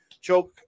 choke